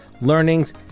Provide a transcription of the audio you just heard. learnings